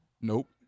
Nope